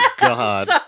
God